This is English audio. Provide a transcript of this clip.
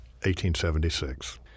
1876